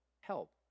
help